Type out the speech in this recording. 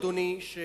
אדוני,